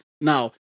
now